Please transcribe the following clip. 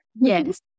Yes